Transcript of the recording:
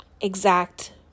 exact